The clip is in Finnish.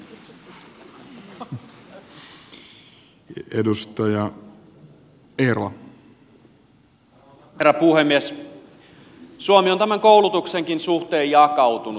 suomi on tämän koulutuksenkin suhteen jakautunut